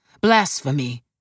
Blasphemy